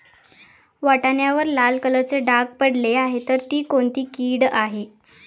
वाटाण्यावर लाल कलरचे डाग पडले आहे तर ती कोणती कीड आहे?